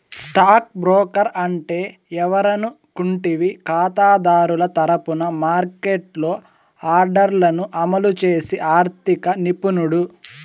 stock broker అంటే ఎవరనుకుంటివి కాతాదారుల తరపున మార్కెట్లో ఆర్డర్లను అమలు చేసి ఆర్థిక నిపుణుడు